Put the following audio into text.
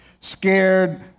scared